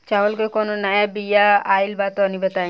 चावल के कउनो नया बिया आइल बा तनि बताइ?